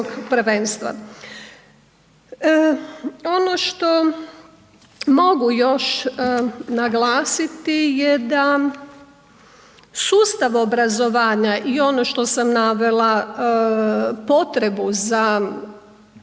Ono što mogu još naglasiti je da sustav obrazovanja i ono što sam navela, potrebu za jednom